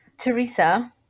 Teresa